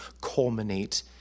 culminate